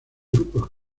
grupos